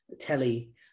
telly